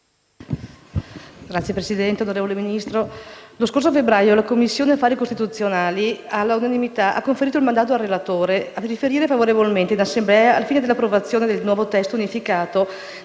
Signor Presidente, signor Ministro, lo scorso febbraio la Commissione affari costituzionali, all'unanimità, ha conferito il mandato al relatore a riferire favorevolmente in Assemblea al fine dell'approvazione del nuovo testo unificato